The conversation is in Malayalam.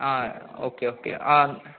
ആ ഓക്കെ ഓക്കെ ആ